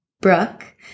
brooke